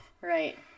Right